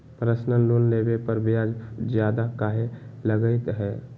Personal loan लेबे पर ब्याज ज्यादा काहे लागईत है?